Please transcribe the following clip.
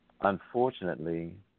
Unfortunately